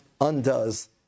undoes